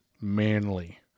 manly